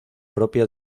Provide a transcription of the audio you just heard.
propia